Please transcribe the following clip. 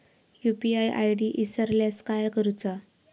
UPI ID इसरल्यास काय करुचा?